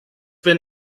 been